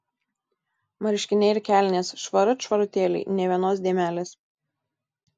marškiniai ir kelnės švarut švarutėliai nė vienos dėmelės